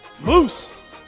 moose